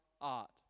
art